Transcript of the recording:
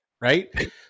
right